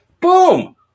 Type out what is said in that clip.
Boom